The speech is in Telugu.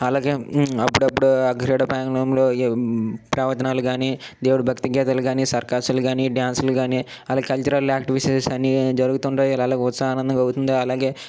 అలాగే అప్పుడప్పుడు ఆ క్రీడా ప్రాంగాణంలో ప్రవచనాలు గాని దేవుడు భక్తి గీతాలు గాని సర్కస్లు గాని డ్యాన్సులు గాని అలాగే కల్చరల్ యాక్టివిసెస్ అని జరుగుతుంటాయి ఇలానే ఉత్సానందంగా అవుతుంది అలాగే